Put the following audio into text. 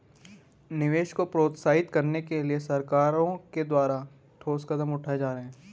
निवेश को प्रोत्साहित करने के लिए सरकारों के द्वारा ठोस कदम उठाए जा रहे हैं